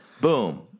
Boom